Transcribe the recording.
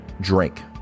drink